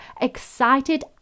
excited